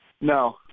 No